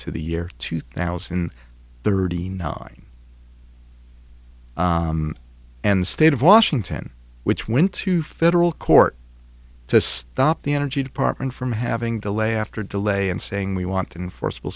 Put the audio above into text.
to the year two thousand and thirty nine and state of washington which went to federal court to stop the energy department from having delay after delay and saying we want and forcible